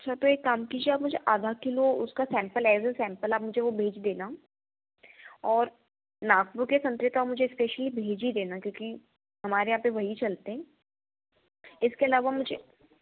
अच्छा तो एक काम कीजिए आप मुझे आधा किलो उसका सैंपल एज अ सैंपल आप मुझे भेज देना और नागपुर के संतरे तो एस्पेशली भेज ही देना क्योंकि हमारे यहाँ पर वही चलते हैं इसके अलावा मुझे